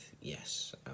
yes